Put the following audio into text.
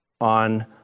on